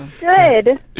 Good